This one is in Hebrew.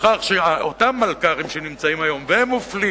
לכך שאותם מלכ"רים שנמצאים היום והם מופלים